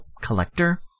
collector